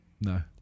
No